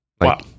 Wow